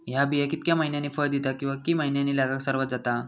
हया बिया कितक्या मैन्यानी फळ दिता कीवा की मैन्यानी लागाक सर्वात जाता?